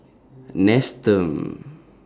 Nestum